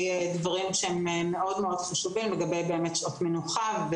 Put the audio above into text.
דברים שהם מאוד מאוד חשובים לגבי שעות מנוחה,